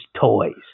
toys